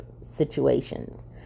situations